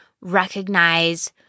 recognize